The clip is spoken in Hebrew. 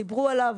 דיברו עליו,